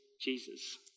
Jesus